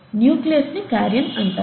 nucleus ని కారియన్ అంటారు